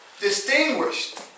distinguished